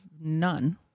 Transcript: none